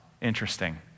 Interesting